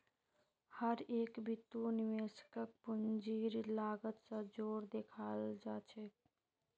हर एक बितु निवेशकक पूंजीर लागत स जोर देखाला जा छेक